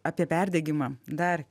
apie perdegimą dar